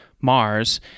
Mars